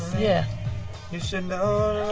yeah you should know.